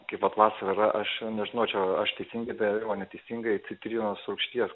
kaip vat vasarą aš nežinau čia aš teisingai darau ar neteisingai citrinos rūgšties